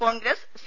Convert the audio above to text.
Congress C